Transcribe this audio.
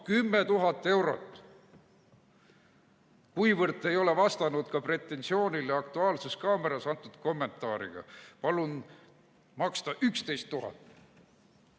10 000 eurot. Kuivõrd te ei ole vastanud ka pretensioonile "Aktuaalses kaameras" antud kommentaarile, palun maksta 11 000."See